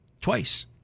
twice